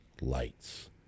lights